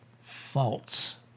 false